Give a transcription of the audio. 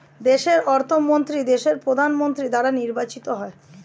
দেশের অর্থমন্ত্রী দেশের প্রধানমন্ত্রী দ্বারা নির্বাচিত হয়